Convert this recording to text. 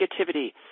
negativity